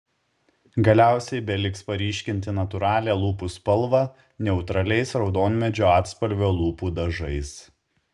galiausiai beliks paryškinti natūralią lūpų spalvą neutraliais raudonmedžio atspalvio lūpų dažais